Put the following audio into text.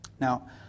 Now